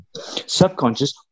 subconscious